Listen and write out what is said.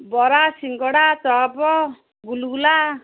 ବରା ସିଙ୍ଗଡ଼ା ଚପ ଗୁଲଗୁଲା